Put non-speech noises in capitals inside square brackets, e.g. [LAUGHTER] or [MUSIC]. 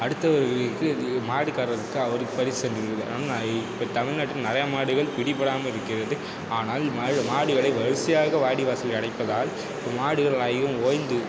அடுத்தவர்களுக்கு இது மாடுகாரருக்கு அவருக்கு பரிசளித்துவிடுவார்கள் [UNINTELLIGIBLE] இப்போ தமிழ்நாட்டில் நிறையா மாடுகள் பிடிபடாமல் இருக்கிறது ஆனால் மாடு மாடுகளை வரிசையாக வாடிவாசலில் அடைப்பதால் இப்போ மாடுகள் அதிகம் ஓய்ந்து